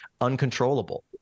uncontrollable